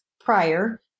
prior